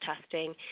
testing